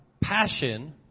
passion